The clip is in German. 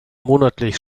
monatlich